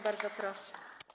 Bardzo proszę.